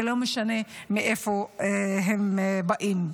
ולא משנה מאיפה הם באים.